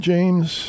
James